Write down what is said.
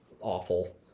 Awful